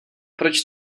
proč